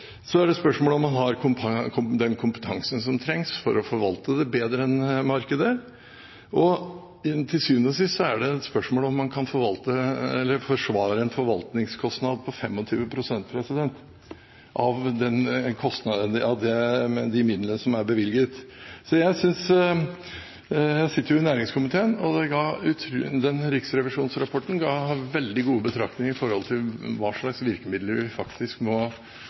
Så er det spørsmål om man har den kompetansen som trengs for å forvalte det bedre enn markedet, og til syvende og sist er det et spørsmål om man kan forsvare en forvaltningskostnad på 25 pst. av de midlene som er bevilget. Jeg sitter i næringskomiteen, og jeg synes denne riksrevisjonsrapporten gir veldig gode betraktninger rundt hva slags virkemidler vi faktisk må